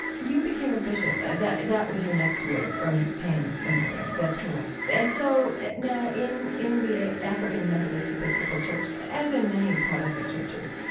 you became a bishop. and that that was your next move from payne memorial that's correct and so now in in the african methodist episcopal church, as in many protestant churches,